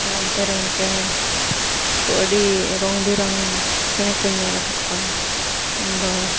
ᱚᱱᱛᱮ ᱨᱮᱱ ᱪᱮᱬᱮ ᱠᱚ ᱟᱹᱰᱤ ᱨᱚᱝᱼᱵᱤᱨᱚᱝ ᱪᱮᱬᱮ ᱠᱚᱧ ᱧᱮᱞ ᱟᱠᱟᱫ ᱠᱚᱣᱟ ᱤᱧᱫᱚ